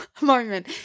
moment